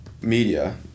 media